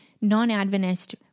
non-Adventist